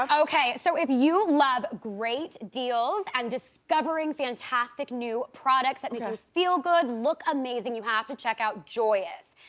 um okay, so if you love great deals and discovering fantastic new products that make you kind of feel good, look amazing, you have to check out joyus.